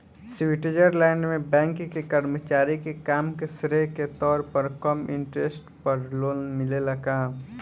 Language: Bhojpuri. स्वीट्जरलैंड में बैंक के कर्मचारी के काम के श्रेय के तौर पर कम इंटरेस्ट पर लोन मिलेला का?